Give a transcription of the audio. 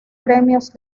premios